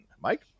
Mike